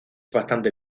bastante